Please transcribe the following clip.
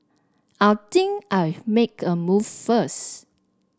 I think I'll make a move first